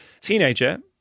teenager